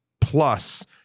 Plus